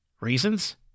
reasons